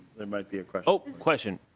there might be a question.